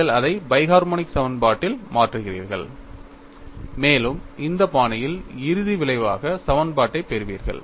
நீங்கள் அதை by harmonic சமன்பாட்டில் மாற்றுகிறீர்கள் மேலும் இந்த பாணியில் இறுதி விளைவாக சமன்பாட்டைப் பெறுவீர்கள்